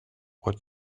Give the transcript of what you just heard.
what